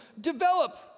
develop